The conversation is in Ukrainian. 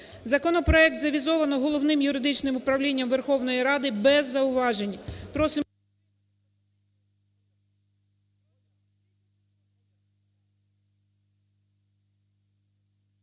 Законопроект завізовано Головним юридичним управління Верховної Ради без зауважень,